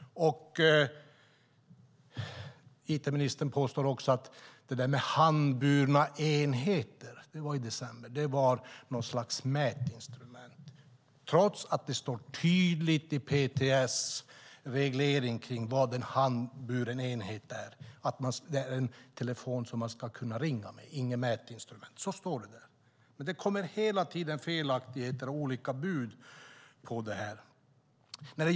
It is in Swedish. It-ministern sade också i december att det där med handburna enheter handlade om något slags mätinstrument, trots att det i PTS reglering tydligt framgår att en handburen enhet är en telefon som man ska kunna ringa med. Det är inget mätinstrument. Det kommer hela tiden felaktigheter och olika bud i den här debatten.